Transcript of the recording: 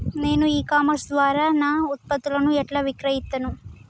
నేను e commerce ద్వారా నా ఉత్పత్తులను ఎట్లా విక్రయిత్తను?